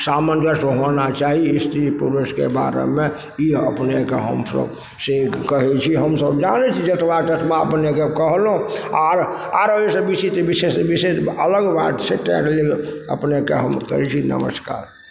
सामञ्जस्य होना चाही स्त्री पुरुषके बारेमे ई अपनेके हमसब से कहय छी हमसब जानय छी जतबा ततबा अपनेके कहलहुँ आओर आओर अइसँ बेसी तऽ विशेष विशेष अलग बात छै तैके लेल अपनेके हम करय छी नमस्कार